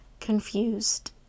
confused